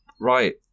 right